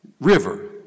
river